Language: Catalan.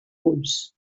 punts